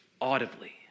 audibly